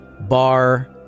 bar